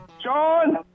Sean